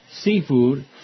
seafood